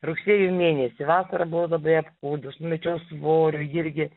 rugsėjo mėnesį vasarą buvau labai apkūdus numečiau svorio irgi